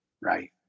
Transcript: right